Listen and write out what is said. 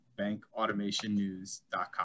bankautomationnews.com